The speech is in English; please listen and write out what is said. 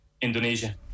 Indonesia